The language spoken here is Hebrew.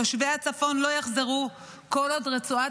תושבי הצפון לא יחזרו כל עוד רצועת